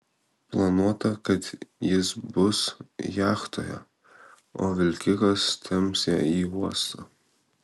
planuota kad jis bus jachtoje o vilkikas temps ją į uostą